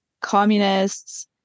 communists